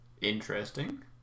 interesting